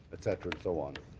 et cetera, and so on.